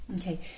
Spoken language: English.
Okay